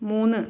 മൂന്ന്